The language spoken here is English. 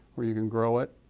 where you can grow it,